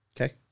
Okay